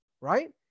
right